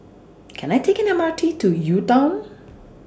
Can I Take The M R T to UTown